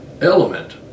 element